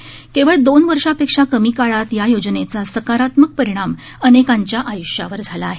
दिकेवळ दोन वर्षांपेक्षा कमी काळात या योजनेचा सकारात्मक परिणाम अनेकांच्या आय्ष्यावर झाला आहे